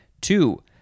Two